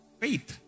faith।